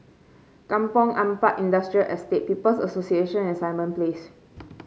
Kampong Ampat Industrial Estate People's Association and Simon Place